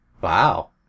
Wow